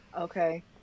okay